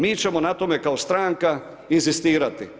Mi ćemo na tome, kao stranka inzistirati.